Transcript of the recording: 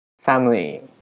Family